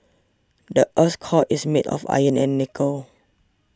the earth's core is made of iron and nickel